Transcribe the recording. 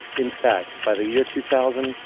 in fact, by the year two thousand,